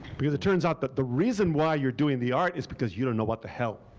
because it turns out that the reason why you're doing the art is because you don't know what the hell.